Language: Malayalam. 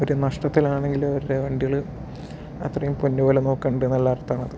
അവര് നഷ്ടത്തിലാണെങ്കിലും അവരുടെ വണ്ടികൾ അത്രയും പൊന്നുപോലെ നോക്കുന്നുണ്ട് എന്നുള്ള അർത്ഥം ആണ് അത്